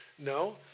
No